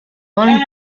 long